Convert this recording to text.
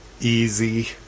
easy